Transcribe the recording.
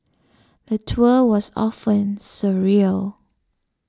the tour was often surreal